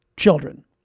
children